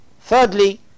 thirdly